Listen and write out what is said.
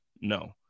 No